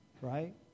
right